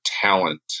talent